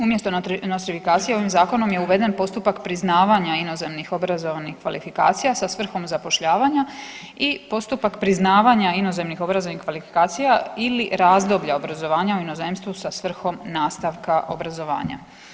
Umjesto nostrifikacije ovim zakonom je uveden postupak priznavanja inozemnih obrazovnih kvalifikacija sa svrhom zapošljavanja i postupak priznavanja inozemnih obrazovnih kvalifikacija ili razdoblja obrazovanja u inozemstvu sa svrhom nastavka obrazovanja.